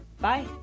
Bye